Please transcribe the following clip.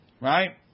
right